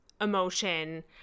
emotion